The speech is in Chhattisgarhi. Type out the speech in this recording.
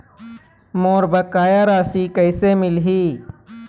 मोर बकाया राशि कैसे मिलही?